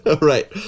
Right